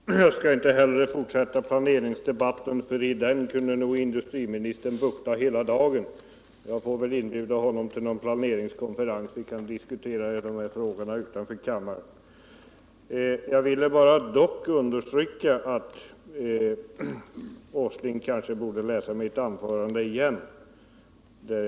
Herr talman! Jag skall inte heller fortsätta planeringsdebatten. I den kunde nog industriministern bukta hela dagen. Jag får väl inbjuda honom till någon planeringskonferens, så att vi kan diskutera dessa frågor utanför kammaren. Jag vill dock understryka att Nils Åsling kanske borde läsa mitt anförande.